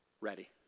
Ready